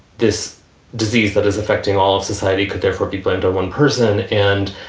this disease that is affecting all of society could therefore be blamed on one person. and